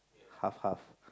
half half